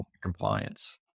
compliance